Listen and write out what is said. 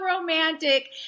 romantic